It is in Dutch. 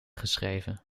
geschreven